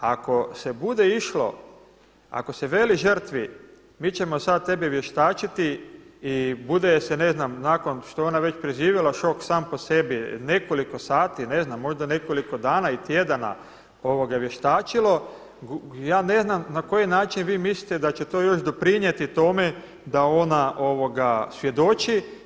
Ako se bude išlo, ako se veli žrtvi, mi ćemo sada tebe vještačiti i bude je se ne znam nakon što je ona već preživjela šok sam po sebi nekoliko sati, ne znam, možda nekoliko dana i tjedana vještačilo ja ne znam na koji način vi mislite da će to još doprinijeti tome da ona svjedoči.